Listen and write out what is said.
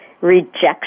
rejection